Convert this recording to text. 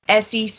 SEC